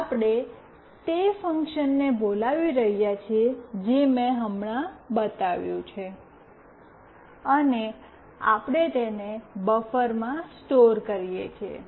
આપણે તે ફંક્શનને બોલાવી રહ્યાં છીએ જે મેં હમણાં બતાવ્યું છે અને આપણે તેને બફરમાં સ્ટોર કરીએ છીએ